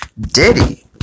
Diddy